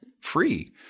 free